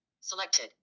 Selected